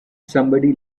somebody